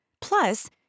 Plus